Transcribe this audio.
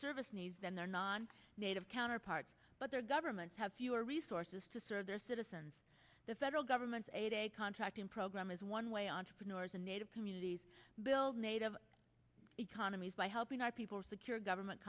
service needs than their non native counterparts but their governments have fewer resources to serve their citizens the federal government aid a contracting program is one way entrepreneurs and native communities build native economies by helping our people secure government